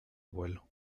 abuelo